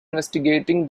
investigating